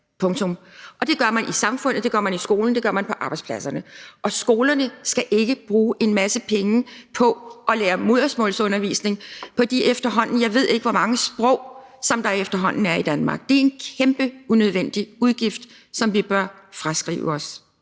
Det gør man i samfundet, det gør man i skolen, og det gør man på arbejdspladserne, og skolerne skal ikke bruge en masse penge på at have modersmålsundervisning på de, jeg ved ikke hvor mange sprog, der efterhånden er i Danmark. Det er en kæmpe unødvendig udgift, som vi bør fraskrive os.